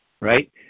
right